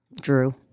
Drew